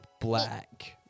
Black